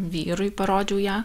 vyrui parodžiau ją